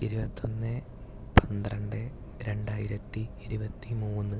ഇരുപത്തൊന്ന് പന്ത്രണ്ട് രണ്ടായിരത്തി ഇരുപത്തി മൂന്ന്